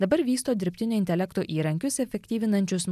dabar vysto dirbtinio intelekto įrankius efektyvinančius